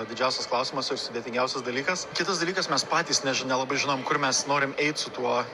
didžiausias klausimas ir sudėtingiausias dalykas kitas dalykas mes patys neži nelabai žinom kur mes norim eit su tuo